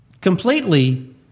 completely